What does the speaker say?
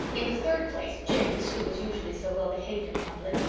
in the third place, jims, who was usually so well-behaved in public,